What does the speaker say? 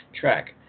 track